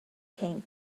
came